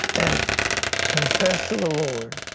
and confess to the lord